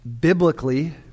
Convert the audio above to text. biblically